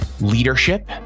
leadership